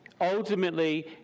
Ultimately